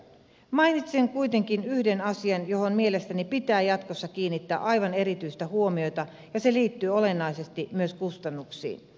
mainitsen kuitenkin yhden asian johon mielestäni pitää jatkossa kiinnittää aivan erityistä huomiota ja se liittyy olennaisesti myös kustannuksiin